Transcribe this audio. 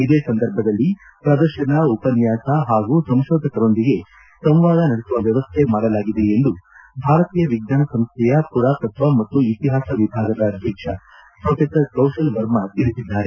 ಇದೇ ಸಂದರ್ಭದಲ್ಲಿ ಪ್ರದರ್ಶನ ಉಪನ್ಹಾಸ ಹಾಗೂ ಸಂಶೋಧಕರೊಂದಿಗೆ ಸಂವಾದ ನಡೆಸುವ ವ್ಯವಸ್ಥ ಮಾಡಲಾಗಿದೆ ಎಂದು ಭಾರತೀಯ ವಿಜ್ಞಾನ ಸಂಸ್ಥೆಯ ಮರಾತತ್ವ ಮತ್ತು ಇತಿಹಾಸ ವಿಭಾಗದ ಅಧ್ಯಕ್ಷ ಪೊಫೆಸರ್ ಕೌಶಲ್ ವರ್ಮ ತಿಳಿಸಿದ್ದಾರೆ